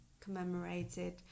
commemorated